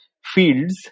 fields